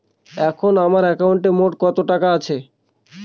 এখন আমার একাউন্টে মোট কত টাকা আছে?